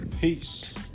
Peace